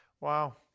Wow